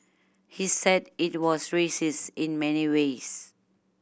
he said it was racist in many ways